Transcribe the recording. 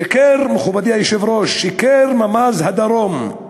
שיקר, מכובדי היושב-ראש, שיקר ממ"ז הדרום,